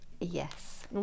Yes